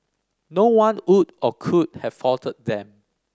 no one would or could have faulted them